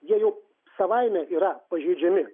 jie jau savaime yra pažeidžiami